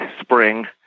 spring